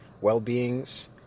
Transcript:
well-beings